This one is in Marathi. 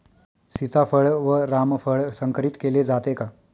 सीताफळ व रामफळ संकरित केले जाते का?